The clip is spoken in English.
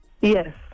Yes